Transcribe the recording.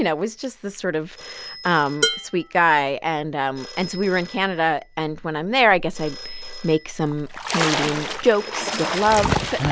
you know was just this sort of um sweet guy. and um and so we were in canada, and when i'm there, i guess, i make some canadian jokes with love